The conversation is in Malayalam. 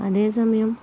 അതേ സമയം